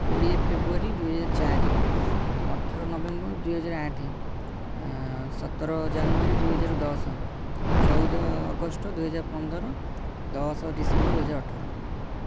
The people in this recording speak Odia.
କୋଡ଼ିଏ ଫେବୃଆରୀ ଦୁଇ ହଜ଼ାର୍ ଚାରି ଅଠର ନଭେମ୍ବର୍ ଦୁଇ ହଜ଼ାର୍ ଆଠ ସତର ଜାନୁଆରୀ ଦୁଇ ହଜ଼ାର୍ ଦଶ ଚଉଦ ଅଗଷ୍ଟ ଦୁଇ ହଜ଼ାର୍ ପନ୍ଦର ଦଶ ଡିସେମ୍ବର ଦୁଇ ହଜ଼ାର ଅଠର